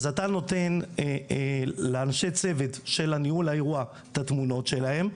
אז אתה נותן לאנשי צוות של ניהול האירוע את התמונות שלהם.